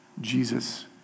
Jesus